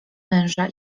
męża